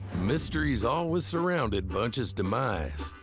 mystery's always surrounded bunch's demise.